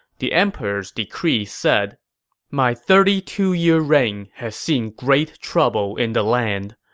the emperor's decree said my thirty two year reign has seen great trouble in the land.